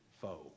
foe